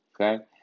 Okay